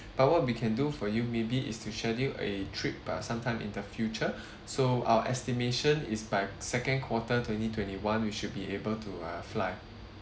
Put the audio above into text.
but what we can do for you maybe is to schedule a trip but sometime in the future so our estimation is by second quarter twenty twenty one you should be able to uh fly